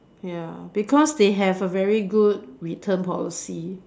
ya because they have a very good return policy